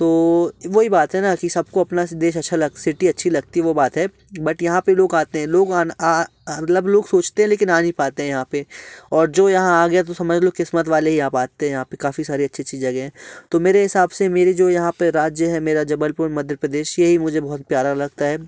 तो वही बात हैना कि सबको अपना देश अच्छा लगा सिटी अच्छी लगती वो बात है बट यहाँ पे लोग आते हैं लोग सोचते लेकिन आ नहीं पाते हैं यहाँ पे और जो यहाँ आ गया तो समझ लो किस्मत वाले ही आ पाते हैं यहाँ पे काफ़ी सारी अच्छी अच्छी जगह है तो मेरे हिसाब से मेरे जो यहाँ राज्य है मेरा जबलपुर मध्य प्रदेश से ही मुझे बहुत प्यारा लगता है